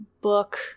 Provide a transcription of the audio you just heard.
book